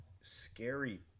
scary